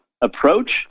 approach